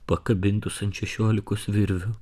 pakabintus ant šešiolikos virvių